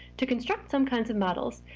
to construct some kinds of models,